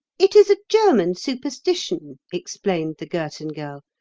it is a german superstition, explained the girton girl,